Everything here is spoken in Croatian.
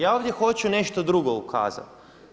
Ja ovdje hoću nešto drugo ukazati.